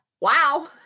Wow